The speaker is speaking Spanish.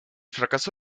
fracaso